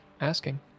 asking